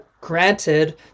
granted